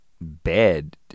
bed